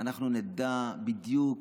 אנחנו נדע בדיוק